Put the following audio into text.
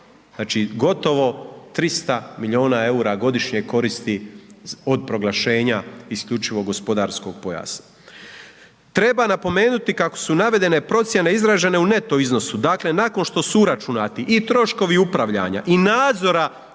Znači, gotovo 300 milijuna eura godišnje koristi od proglašenja isključivog gospodarskog pojasa. Treba napomenuti kako su navedene procjene izražene u neto iznosu, dakle nakon što su uračunati i troškovi upravljanja i nadzora